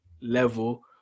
level